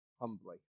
humbly